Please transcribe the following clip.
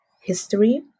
history